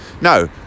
no